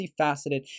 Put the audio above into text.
multifaceted